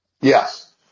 Yes